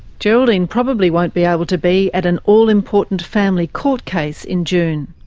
geraldine probably won't be able to be at an all-important family court case in june.